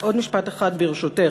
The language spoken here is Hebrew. עוד משפט אחד, ברשותך.